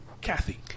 Kathy